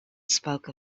spoke